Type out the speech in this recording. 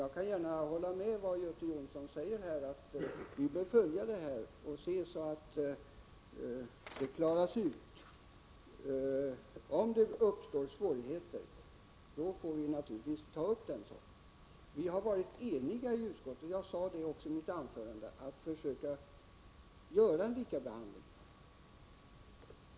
Jag kan gärna hålla med om vad Göte Jonsson här säger: Vi bör följa det här och se till att det klaras ut. Om det uppstår svårigheter får vi naturligtvis ta upp den saken. Vi har i utskottet varit eniga — det sade jag också i mitt anförande — om att försöka åstadkomma en likabehandling.